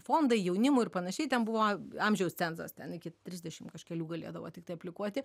fondai jaunimui ir panašiai ten buvo amžiaus cenzas ten iki trisdešim kažkelių galėdavo tiktai aplikuoti